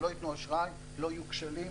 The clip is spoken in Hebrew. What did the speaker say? אם לא יהיו אשראי, לא יהיו כשלים.